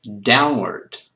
downward